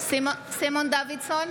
נגד סימון דוידסון,